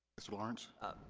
mr. lawrence.